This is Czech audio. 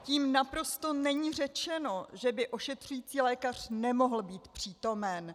Tím naprosto není řečeno, že by ošetřující lékař nemohl být přítomen.